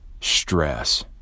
stress